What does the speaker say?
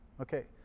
Okay